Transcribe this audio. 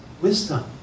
wisdom